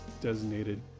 designated